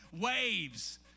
Waves